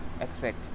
expect